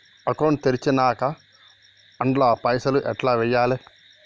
Account తెరిచినాక అండ్ల పైసల్ ఎట్ల వేయాలే?